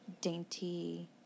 dainty